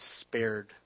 spared